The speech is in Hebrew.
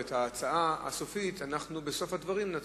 ואת ההצעה הסופית נציע בסוף הדברים.